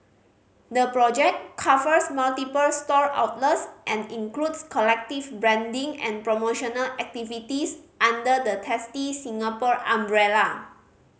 the project covers multiple store outlets and includes collective branding and promotional activities under the Tasty Singapore umbrella